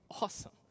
awesome